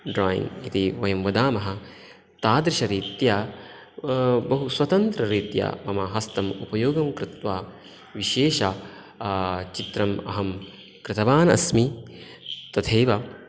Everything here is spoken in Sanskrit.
ड्रायिङ्ग् इति यद्वदामः तादृशरीत्या बहुस्वतन्त्ररीत्या मम हस्तम् उपयोगं कृत्वा विशेष चित्रम् अहं कृतवानस्मि तथैव